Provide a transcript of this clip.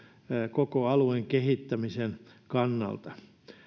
koko alueen kehittämisen kannalta